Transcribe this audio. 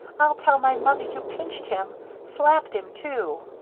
i'll tell my mother you pinched him slapped him, too.